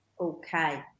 Okay